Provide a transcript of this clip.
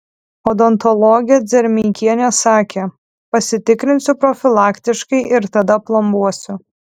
odontologė dzermeikienė sakė pasitikrinsiu profilaktiškai ir tada plombuosiu